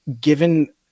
given